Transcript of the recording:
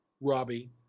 Robbie